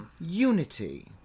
unity